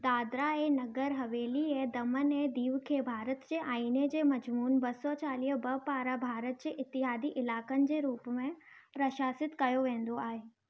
दादरा ऐं नगर हवेली ऐं दमन ऐं दीउ खे भारत जे आईने जे मज़िमून ॿ सौ चालीह ॿ पारां भारत जे इतिहादी इलाइक़नि जे रूप में प्रशासित कयो वेंदो आहे